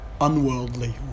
unworldly